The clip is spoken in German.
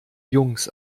jungs